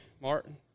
Martin